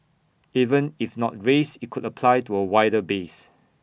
even if not raised IT could apply to A wider base